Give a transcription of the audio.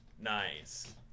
Nice